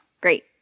great